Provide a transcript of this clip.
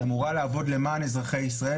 היא אמורה לעבוד למען אזרחי ישראל,